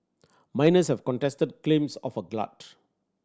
miners have contested claims of a glut